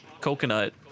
coconut